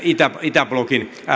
itäblokin